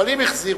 אבל אם החזירו,